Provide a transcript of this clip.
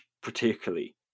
particularly